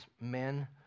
men